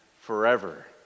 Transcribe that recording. forever